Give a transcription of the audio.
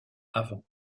avant